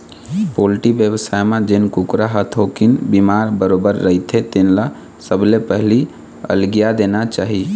poultry बेवसाय म जेन कुकरा ह थोकिन बिमार बरोबर रहिथे तेन ल सबले पहिली अलगिया देना चाही